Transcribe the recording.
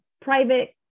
private